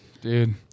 dude